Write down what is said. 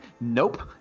Nope